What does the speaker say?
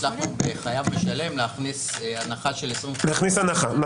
הצלחנו בחייב משלם להכניס הנחה של --- בבקשה,